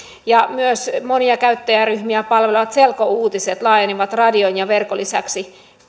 myös monia käyttäjäryhmiä palvelevat selkouutiset laajeni radion ja verkon lisäksi